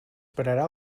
pararà